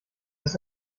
ist